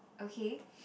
okay